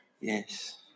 Yes